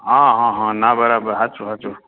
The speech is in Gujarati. આ હા હા ના બરાબર સાચું સાચું